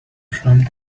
from